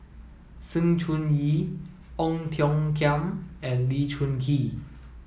Sng Choon Yee Ong Tiong Khiam and Lee Choon Kee